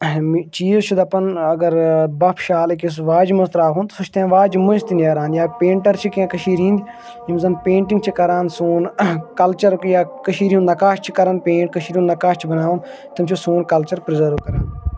چیٖز چھِ دَپان اَگَر بپ شال أکِس واجہِ منٛز ترٛاوُن سُہ چھُ تانۍ واجہِ مٔنٛزۍ تہِ نیران یا پینٹَر چھِ کینٛہہ کٔشیٖرِ ہِنٛدۍ یِم زَن پینٛٹِنٛگ چھِ کَران سون کَلچَر یا کٔشیٖر ہُنٛد نقاش چھُ کَران پینٹ کٔشیٖر ہُنٛد نقاش چھُ بَناوُن تِم چھِ سون کَلچَر پِرٛزٔرٕو کَران